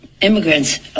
Immigrants